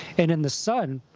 and in the sun,